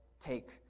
take